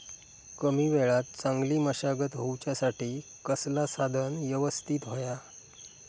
कमी वेळात चांगली मशागत होऊच्यासाठी कसला साधन यवस्तित होया?